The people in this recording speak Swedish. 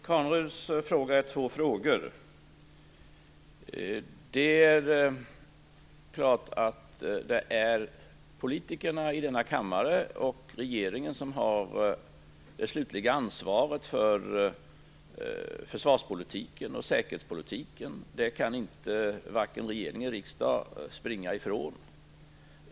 Herr talman! Åke Carnerö ställde två frågor. Det är politikerna i denna kammare och regeringen som har det slutliga ansvaret för försvarspolitiken och säkerhetspolitiken. Det kan varken regering eller riksdag springa ifrån.